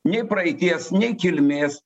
nei praeities nei kilmės